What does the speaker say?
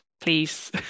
please